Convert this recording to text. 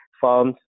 forms